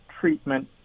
treatment